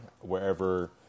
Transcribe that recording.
Wherever